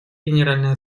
генеральная